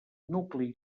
nucli